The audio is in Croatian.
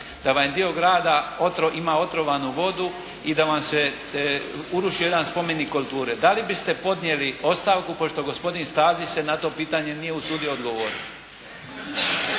da vam dio grada ima otrovanu vodu i da vam se urušio jedan spomenik kulture, da li biste podnijeli ostavku kao što gospodin Stazić se na to pitanje nije usudio odgovoriti?